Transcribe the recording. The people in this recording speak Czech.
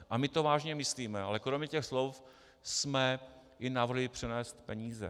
A my to vážně myslíme, ale kromě těch slov jsme i navrhli přenést peníze.